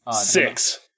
Six